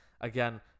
Again